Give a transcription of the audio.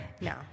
No